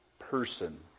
person